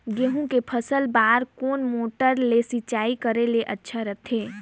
गहूं के फसल बार कोन मोटर ले सिंचाई करे ले अच्छा रथे?